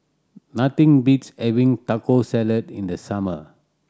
nothing beats having Taco Salad in the summer